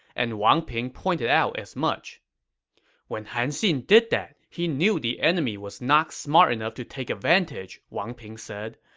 and wang ping pointed out as much when han xin did that, he knew the enemy was not smart enough to take advantage, wang ping said.